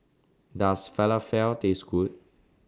Does Falafel Taste Good